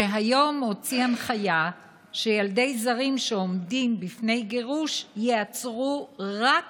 שהיום הוציא הנחיה שילדי זרים שעומדים בפני גירוש ייעצרו רק